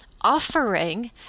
offering